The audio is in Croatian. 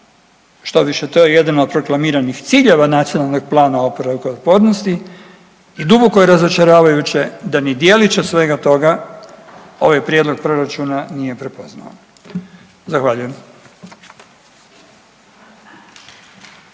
štoviše to je jedno od proklamiranih ciljeva NPOO-a i duboko je razočaravajuće da ni djelić od svega toga ovaj prijedlog proračuna nije prepoznao. Zahvaljujem.